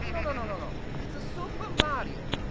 no-no-no-no-no, it's super mario,